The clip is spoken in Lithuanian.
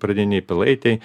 pradinėj pilaitėj